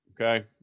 okay